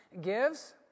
gives